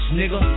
nigga